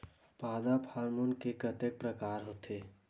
पादप हामोन के कतेक प्रकार के होथे?